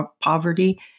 poverty